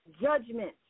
judgment